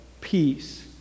peace